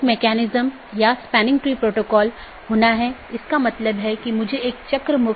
यह विज्ञापन द्वारा किया जाता है या EBGP वेपर को भेजने के लिए राउटिंग विज्ञापन बनाने में करता है